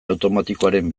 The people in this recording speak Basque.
automatikoaren